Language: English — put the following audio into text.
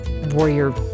warrior